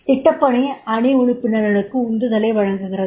திட்டப்பணி அணி உறுப்பினர்களுக்கு உந்துதலை வழங்குகிறது